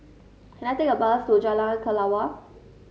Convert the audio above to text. can I take a bus to Jalan Kelawar